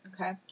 Okay